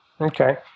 Okay